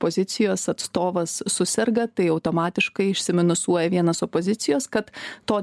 pozicijos atstovas suserga tai automatiškai išsiminusuoja vienas opozicijos kad to